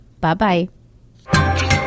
Bye-bye